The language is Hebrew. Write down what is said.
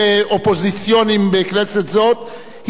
התארכה שעת השאלות הדחופות לשעתיים,